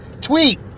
tweet